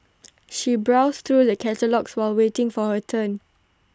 she browsed through the catalogues while waiting for her turn